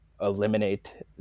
eliminate